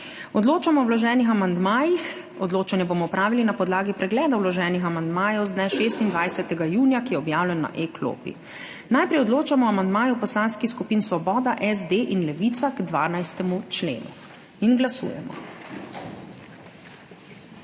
Odločamo o vloženih amandmajih. Odločanje bomo opravili na podlagi pregleda vloženih amandmajev z dne 26. junija, ki je objavljen na e-klopi. Najprej odločamo o amandmaju poslanskih skupin Svoboda, SD in Levica k 12. členu. Glasujemo.